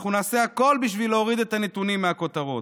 אנחנו נעשה הכול בשביל להוריד את הנתונים מהכותרות.